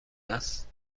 است